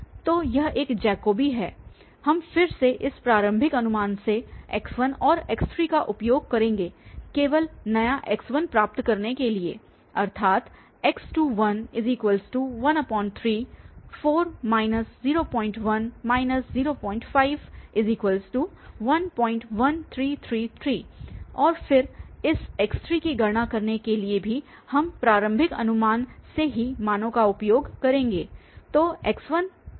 तो यह एक जैकोबी है हम फिर से इस प्रारंभिक अनुमान से x1 और x3 का उपयोग करेंगे केवल नया x1 प्राप्त करने के लिए अर्थात x2134 01 05 11333 और फिर इस x3 की गणना करने के लिए भी हम प्रारंभिक अनुमान से ही मानों का उपयोग करेंगे